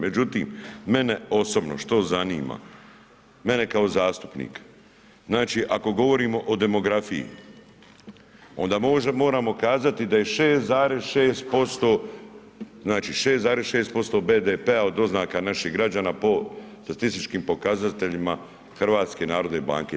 Međutim, mene osobno što zanima, mene kao zastupnika, znači ako govorimo o demografiji onda moramo kazati da je 6,6% BDP-a od doznaka naših građana po statističkim pokazateljima HNB-a.